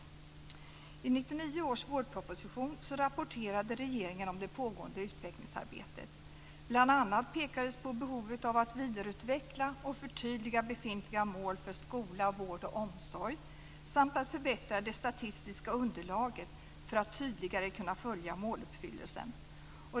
I 1999 års vårproposition rapporterade regeringen om det pågående utvecklingsarbetet. Bland annat pekades på behovet av att vidareutveckla och förtydliga befintliga mål för skola, vård och omsorg samt att förbättra det statistiska underlaget för att tydligare kunna följa måluppfyllelsen.